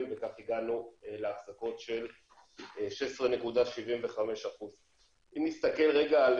וכך הגענו להחזקות של 16.75%. אם נסתכל רגע על